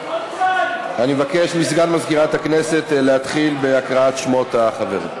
אני מבקש מסגן מזכירת הכנסת להתחיל בהקראת שמות החברים.